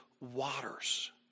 waters